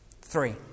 Three